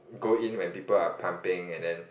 go in when people are pumping and then